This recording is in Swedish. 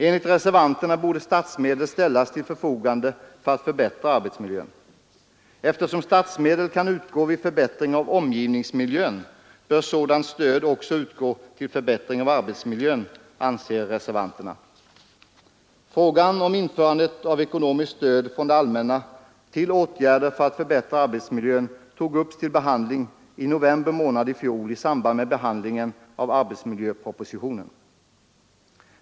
Enligt reservanterna borde statsmedel ställas till förfogande för att förbättra arbetsmiljön. Eftersom statsmedel kan utgå vid förbättring av omgivningsmiljö bör sådant stöd lämnas också till förbättring av arbetsmiljön, anser reservanterna. Frågan om ekonomiskt stöd från det allmänna till åtgärder för att förbättra arbetsmiljön togs upp i november månad i fjol i samband med behandlingen av arbetsmiljöpropositionen.